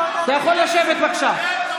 אתה יכול לשבת, בבקשה.